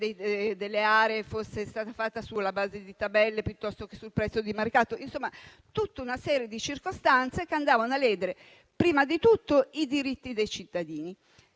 delle aree fosse stata fatta sulla base di tabelle, piuttosto che sul prezzo di mercato. Insomma, vi era tutta una serie di circostanze che andavano a ledere prima di tutto i diritti dei cittadini.